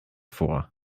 vor